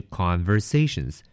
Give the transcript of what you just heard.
conversations